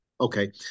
okay